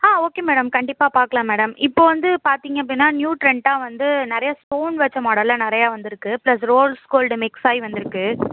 ஆ okay madam கண்டிப்பாக பார்க்கலாம் madam இப்போது வந்து பார்த்தீங்க அப்படின்னா நியூ ட்ரெண்ட்டாக வந்து நிறையா ஸ்டோன் வச்ச மாடலில் நிறையா வந்துருக்குது ப்ளஸ் ரோல்ஸ் கோல்டு மிக்ஸ் ஆகி வந்துருக்குது